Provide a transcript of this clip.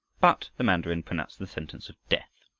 but the mandarin pronounced the sentence of death.